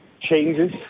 changes